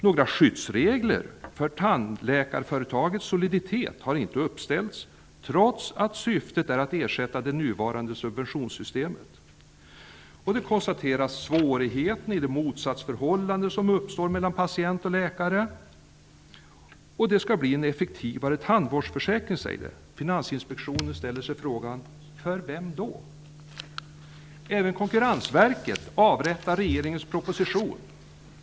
Några skyddsregler när det gäller tandläkarföretagets soliditet har inte uppställts, trots att syftet är att ersätta det nuvarande -- Det finns en svårighet i det motsatsförhållande som uppstår mellan patient och tandläkare. -- Det skall bli en effektivare tandvårdsförsäkring, sägs det. Finansinspektionen ställer sig frågan: För vem? Även Konkurrensverket avrättar regeringens proposition.